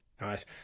Nice